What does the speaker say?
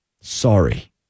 Sorry